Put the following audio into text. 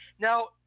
Now